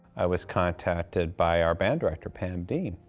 i was contacted by our band director, pam diem,